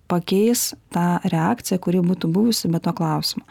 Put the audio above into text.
pakeis tą reakciją kuri būtų buvusi be to klausimo